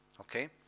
Okay